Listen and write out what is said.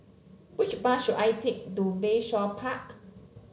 which bus should I take to Bayshore Park